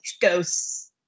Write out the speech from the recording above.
ghosts